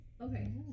Okay